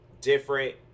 different